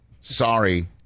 Sorry